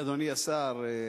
אדוני השר,